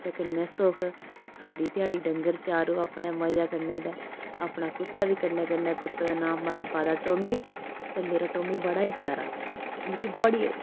ते कन्नै सुख सारी ध्याड़ी डंगर चारो अपने मजे कन्नै ते अपना कुत्ता बी कन्नै कन्नै कुत्तें दा नांऽ पाए दा टॉमी ते मेरा टॉमी बड़ा ही प्यारा मिगी बड़ी